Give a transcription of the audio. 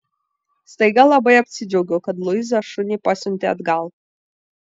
staiga labai apsidžiaugiau kad luiza šunį pasiuntė atgal